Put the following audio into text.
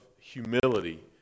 humility